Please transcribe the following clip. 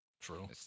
True